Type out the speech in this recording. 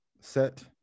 set